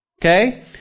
okay